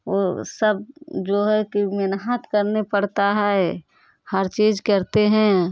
वो सब जो है कि मेहनत करने पड़ता है हर चीज करते हैं